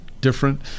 different